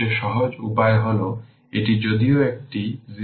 সুতরাং এখন লক্ষ্য করুন যে আমরা ইন্ডাক্টর কারেন্ট নির্বাচন করি